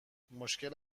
مشکل